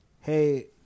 hey